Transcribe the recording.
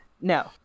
No